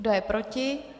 Kdo je proti?